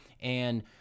And-